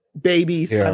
babies